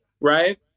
right